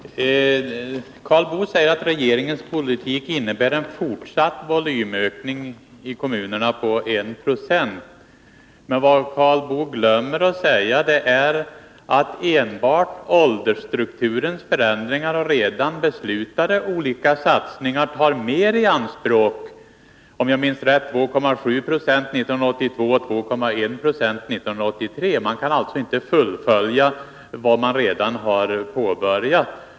Fru talman! Karl Boo säger att regeringens politik innebär en fortsatt volymökning i kommunerna på 1 70. Men vad Karl Boo glömmer att säga är att enbart åldersstrukturens förändringar och redan beslutade satsningar tar meri anspråk —om jag minns rätt 2,7 90 för 1982 och 2,1 96 för 1983. Man kan alltså inte fullfölja vad man redan har påbörjat.